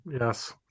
yes